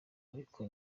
ariko